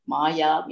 Maya